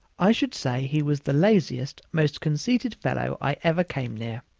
i should say he was the laziest, most conceited fellow i ever came near.